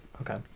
okay